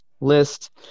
list